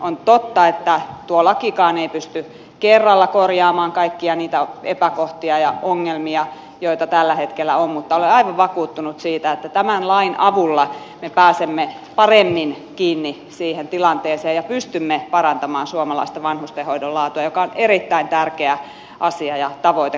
on totta että tuo lakikaan ei pysty kerralla korjaamaan kaikkia niitä epäkohtia ja ongelmia joita tällä hetkellä on mutta olen aivan vakuuttunut siitä että tämän lain avulla me pääsemme paremmin kiinni siihen tilanteeseen ja pystymme parantamaan suomalaista vanhustenhoidon laatua mikä on erittäin tärkeä asia ja tavoite koko hallitukselle